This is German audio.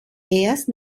erst